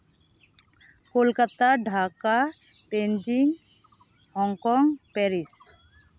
Kolkata Dhaka Beijing Hong Kong Paris